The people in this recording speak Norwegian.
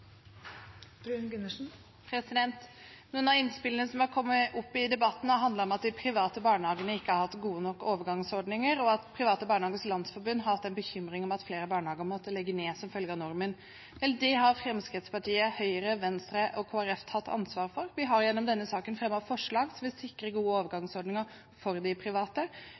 Noen av innspillene som har kommet i debatten, har handlet om at de private barnehagene ikke har hatt gode nok overgangsordninger, og at Private Barnehagers Landsforbund har hatt en bekymring over at flere barnehager måtte legge ned som følge av normen. Vel, det har Fremskrittspartiet, Høyre, Venstre og Kristelig Folkeparti tatt ansvar for. Vi har gjennom denne saken fremmet forslag for å sikre gode overgangsordninger for de private.